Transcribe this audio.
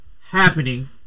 happening